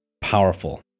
powerful